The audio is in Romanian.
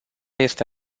este